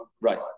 Right